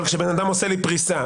אבל כשבן אדם עושה לי פריסה,